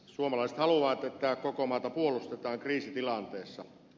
suomalaiset haluavat että koko maata puolustetaan kriisitilanteessa